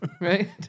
right